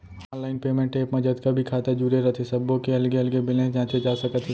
online payment app म जतका भी खाता जुरे रथे सब्बो के अलगे अलगे बेलेंस जांचे जा सकत हे